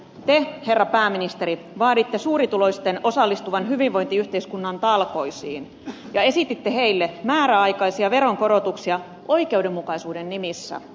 te herra pääministeri vaaditte suurituloisten osallistuvan hyvinvointiyhteiskunnan talkoisiin ja esititte heille määräaikaisia veronkorotuksia oikeudenmukaisuuden nimissä